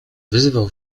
wyzywał